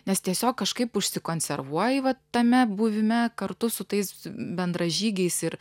nes tiesiog kažkaip užsikonservuoji vat tame buvime kartu su tais bendražygiais ir